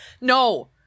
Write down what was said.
No